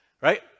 right